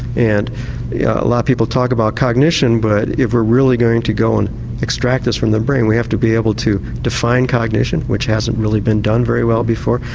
and a lot of people talk about cognition, but if we're really going to go and extract this from the brain we have to be able to define cognition, which hasn't really been done very well before.